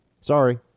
Sorry